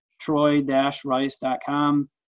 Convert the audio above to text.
Troy-Rice.com